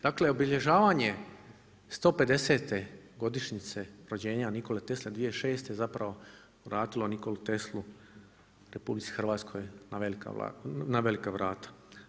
Dakle obilježavanje 150 godišnjice rođenja Nikole Tesle 2006. zapravo vratilo Nikolu Teslu RH na velika vrata.